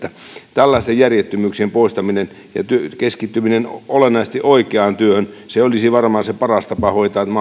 tällaisten järjettömyyksien poistaminen ja keskittyminen olennaisesti oikeaan työhön olisi varmaan se paras tapa hoitaa